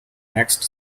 next